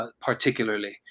particularly